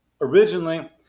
Originally